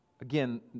Again